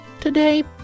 Today